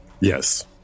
Yes